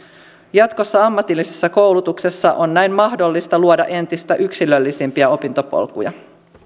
jatkossa ammatillisessa koulutuksessa on näin mahdollista luoda entistä yksilöllisempiä opintopolkuja